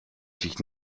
sich